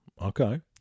Okay